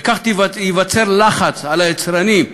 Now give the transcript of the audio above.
וכך ייווצר לחץ על היצרנים,